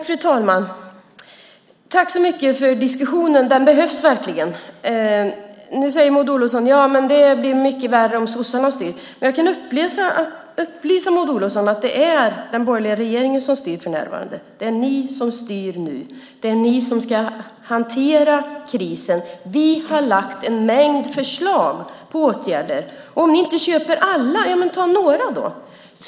Fru talman! Tack så mycket för diskussionen, den behövs verkligen. Nu säger Maud Olofsson att det blir mycket värre om sossarna styr. Jag kan upplysa Maud Olofsson om att det är den borgerliga regeringen som styr för närvarande. Det är ni som styr nu. Det är ni som ska hantera krisen. Vi har lagt fram en mängd förslag på åtgärder. Om ni inte köper alla, men ta några då!